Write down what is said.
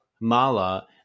Mala